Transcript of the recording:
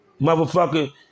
Motherfucker